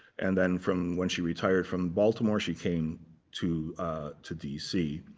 and then from when she retired from baltimore, she came to to dc.